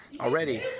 already